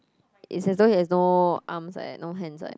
is as though he has no arms like that no hands like that